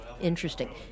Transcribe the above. Interesting